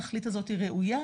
התכלית הזאת ראויה,